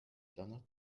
donald